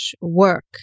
work